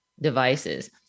devices